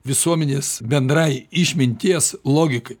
visuomenės bendrai išminties logikai